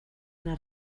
una